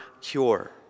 cure